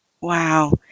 Wow